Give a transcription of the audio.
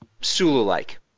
Sulu-like